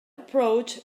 approach